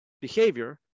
behavior